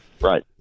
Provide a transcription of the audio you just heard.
right